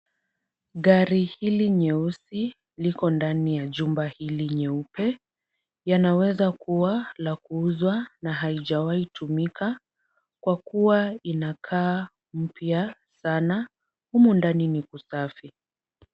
Gari hili nyeusi liko ndani ya chumba hili nyeupe, yanaweza kuwa la kuuza na haijawai tumika kwa kuwa inakaa mpya sana. Humu ndani ni kusafi.